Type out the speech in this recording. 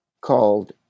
called